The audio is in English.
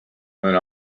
went